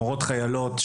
מורות חיילות,